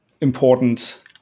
important